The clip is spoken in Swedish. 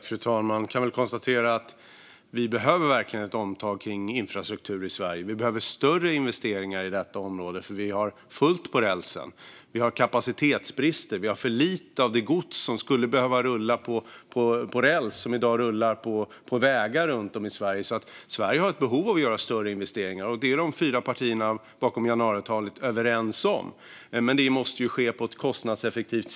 Fru talman! Vi behöver verkligen ett omtag för infrastrukturen i Sverige. Vi behöver större investeringar inom detta område, för vi har fullt på rälsen. Vi har kapacitetsbrister. Vi har för lite av det gods som skulle behöva rulla på räls men som i dag rullar på vägar runt om i Sverige. Sverige har alltså ett behov av större investeringar. Det är de fyra partierna bakom januariavtalet överens om. Det måste dock vara kostnadseffektivt.